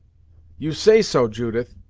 you say so, judith,